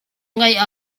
ngeih